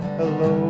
hello